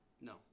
No